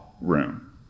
room